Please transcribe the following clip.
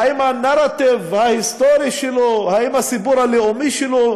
האם הנרטיב ההיסטורי שלו, האם הסיפור הלאומי שלו,